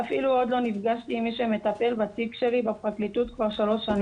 אפילו עוד לא נפגשתי עם מי שמטפל בתיק שלי בפרקליטות כבר שלוש שנים,